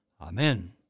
Amen